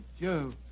joe